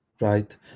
Right